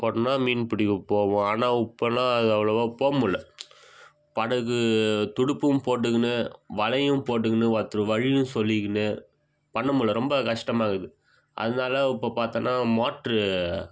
போட்டுனா மீன்பிடிக்க போவோம் ஆனால் உப்பெல்லாம் அவ்வளோவா போகமுல்ல படகு துடுப்பும் போட்டுக்குன்னு வலையும் போட்டுக்குன்னு ஒருத்தர் வழியும் சொல்லிக்கின்னு பண்ண முடில்ல ரொம்ப கஷ்டமாக இருக்குது அதனால இப்போ பார்த்தோன்னா மோட்ரு